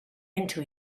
into